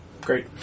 Great